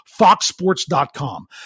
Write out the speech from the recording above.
foxsports.com